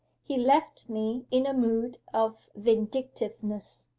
he left me in a mood of vindictiveness.